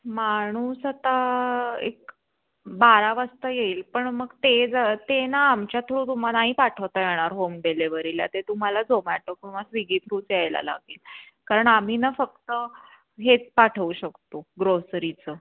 माणूस आता एक बारा वाजता येईल पण मग ते जा ते ना आमच्या थ्रू तुम्हा नाही पाठवता येणार होम डेलेवरीला ते तुम्हाला झोमॅटो किंवा स्विगी थ्रू द्यायला लागेल कारण आम्ही ना फक्त हेच पाठवू शकतो ग्रोसरीचं